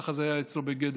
ככה זה היה אצלו בגדר.